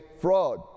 fraud